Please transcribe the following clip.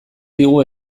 digu